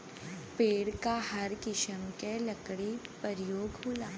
पेड़ क हर किसिम के लकड़ी परयोग होला